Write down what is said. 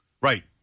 Right